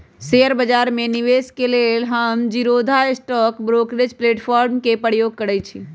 share बजार में निवेश के लेल हम जीरोधा स्टॉक ब्रोकरेज प्लेटफार्म के प्रयोग करइछि